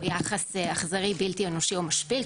יחס אכזרי בלתי אנושי או משפיל,